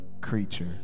creature